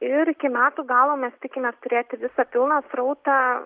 ir iki metų galo mes tikimės turėti visą pilną srautą